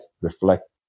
reflect